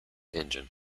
engine